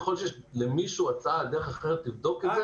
ככול שיש למישהו הצעה לדרך אחרת לבדוק את זה,